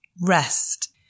Rest